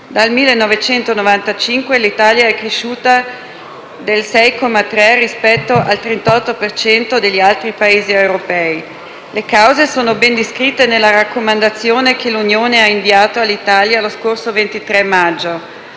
dal 1995 l'Italia è cresciuta del 6,3 rispetto al 38 per cento degli altri Paesi europei. Le cause sono ben descritte nella raccomandazione che l'Unione ha inviato all'Italia lo scorso 23 maggio.